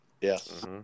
Yes